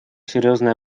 серьезное